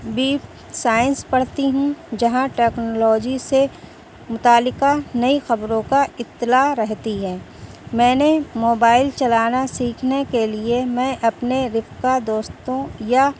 بھی سائنس پڑھتی ہوں جہاں ٹیکنالوجی سے متعلقہ نئی خبروں کا اطلاع رہتی ہے میں نے موبائل چلانا سیکھنے کے لیے میں اپنے رفقا دوستوں یا